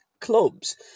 clubs